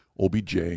OBJ